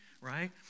right